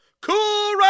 cool